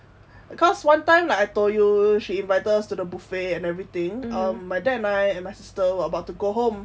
because one time like I told you she invited us to a buffet and everything my dad and I and my sister were about to go home